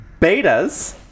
betas